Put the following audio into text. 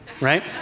right